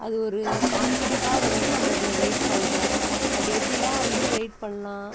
அது ஒரு கான்செப்ட்டாக வந்து நம்ம அது ரைட் பண்ணுறோம் அது எப்படிலாம் வந்து ரைட் பண்ணலாம்